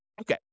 Okay